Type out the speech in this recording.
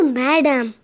madam